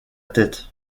tête